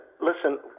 listen